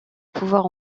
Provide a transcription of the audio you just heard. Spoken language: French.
pouvoir